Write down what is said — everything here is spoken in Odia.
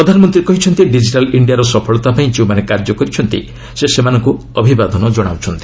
ପ୍ରଧାନମନ୍ତ୍ରୀ କହିଛନ୍ତି ଡିକିଟାଲ୍ ଇଣ୍ଡିଆର ସଫଳତା ପାଇଁ ଯେଉଁମାନେ କାର୍ଯ୍ୟ କରିଛନ୍ତି ସେ ସେମାନଙ୍କୁ ଅଭିବାଦନ ଜଣାଉଛନ୍ତି